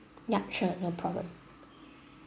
yup sure no problem